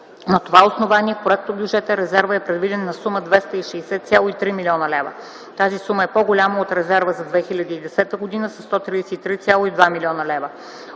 На това основание в проектобюджета резервът е предвиден на сума 260,3 млн. лв. Тази сума е по-голяма от резерва за 2010 г. със 133,2 млн. лв.